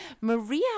Maria